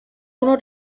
not